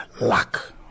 luck